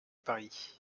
paris